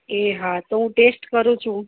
એ હા તો હું ટેસ્ટ કરું છું